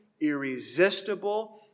irresistible